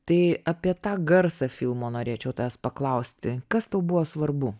tai apie tą garsą filmo norėčiau tavęs paklausti kas tau buvo svarbu